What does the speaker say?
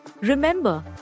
Remember